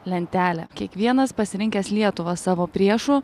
lentelė kiekvienas pasirinkęs lietuvą savo priešu